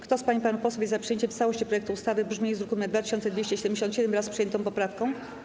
Kto z pań i panów posłów jest za przyjęciem w całości projektu ustawy w brzmieniu z druku nr 2277, wraz z przyjętą poprawką?